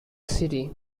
city